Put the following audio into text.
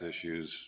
issues